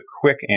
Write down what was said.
quick